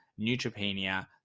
neutropenia